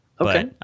Okay